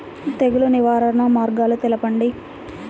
తెగులు నివారణ మార్గాలు తెలపండి?